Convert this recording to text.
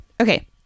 okay